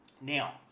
Now